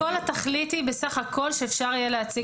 כל התכלית היא בסך הכול שאפשר יהיה להציג.